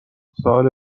سوال